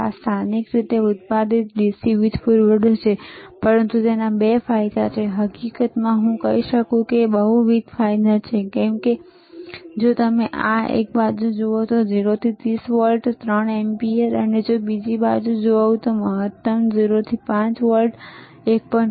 આ સ્થાનિક રીતે ઉત્પાદિત DC વીજ પૂરવઠો છે પરંતુ તેના 2 ફાયદા છે હકીકતમાં હું કહી શકું છું કે બહુવિધ ફાયદા છે એક છે જો તમે આ બાજુ જુઓ તો 0 થી 30 વોલ્ટ 3 એમ્પીયર અને જો તમે બીજી બાજુ જાઓ તો મહત્તમ 0 થી 5 વોલ્ટ 1